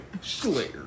Slayer